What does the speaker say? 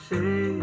Say